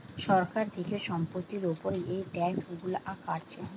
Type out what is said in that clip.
সরকার থিকে সম্পত্তির উপর এই ট্যাক্স গুলো কাটছে